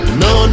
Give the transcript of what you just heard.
no